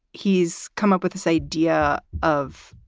he's come up with this idea of,